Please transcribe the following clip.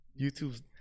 YouTube's